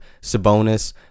Sabonis